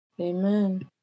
Amen